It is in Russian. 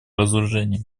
разоружения